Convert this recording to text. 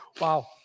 Wow